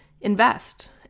invest